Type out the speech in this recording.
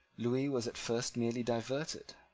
lewis was at first merely diverted.